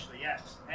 yes